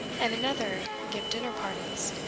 and another give dinner parties.